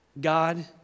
God